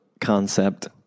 concept